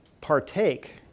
partake